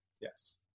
Yes